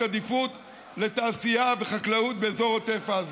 עדיפות לתעשייה וחקלאות באזור עוטף עזה?